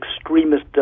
extremist